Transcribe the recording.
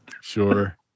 Sure